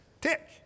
Tick